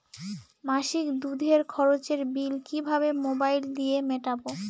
মাসিক দুধের খরচের বিল কিভাবে মোবাইল দিয়ে মেটাব?